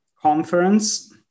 conference